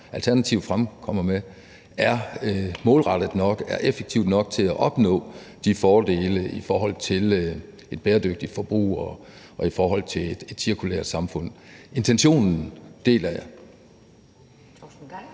Alternativet fremkommer med, er målrettet nok, er effektivt nok til at opnå de fordele i forhold til et bæredygtigt forbrug og i forhold til et cirkulært samfund. Intentionen deler jeg.